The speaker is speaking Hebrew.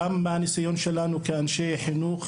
גם מהניסיון שלנו כאנשי חינוך,